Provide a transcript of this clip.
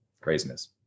Craziness